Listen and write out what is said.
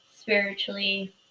spiritually